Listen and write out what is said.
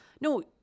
no